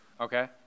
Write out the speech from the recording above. Okay